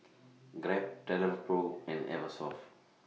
Grab Travelpro and Eversoft